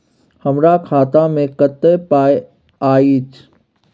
हमरा खाता में कत्ते पाई अएछ?